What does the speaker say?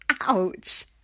ouch